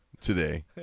today